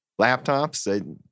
laptops